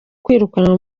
kwirukanwa